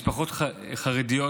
משפחות חרדיות